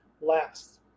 last